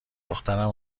دخترم